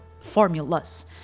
formulas